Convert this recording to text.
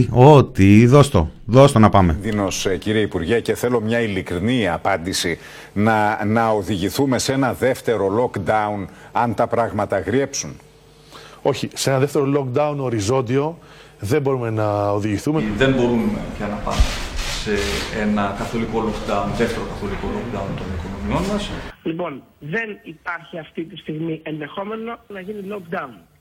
Ό,τι, δώσ' το, δώσ' το να πάμε. Δίνω σε, κύριε Υπουργέ, και θέλω μια ειλικρινή απάντηση. Να- να οδηγηθούμε σε ένα δεύτερο lockdown, αν τα πράγματα γριέψουν? Όχι, σε ένα δεύτερο lockdown οριζόντιο, δεν μπορούμε να οδηγηθούμε. Δεν μπορούμε πια να πάμε σε ένα καθολικό lockdown, δεύτερο καθολικό lockdown των οικονομιών μας. Λοιπόν, δεν υπάρχει αυτή τη στιγμή ενδεχόμενο να γίνει lockdown.